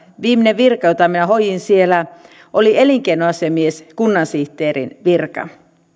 viimeinen virka jota hoidin siellä oli elinkeinoasiamies kunnansihteerin virka